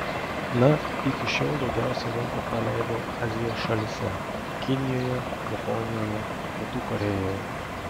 na iki šiol daugiausiai laiko praleidau azijos šalyse kinijoje japonijoje pietų korėjoje